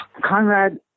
Conrad